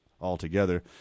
altogether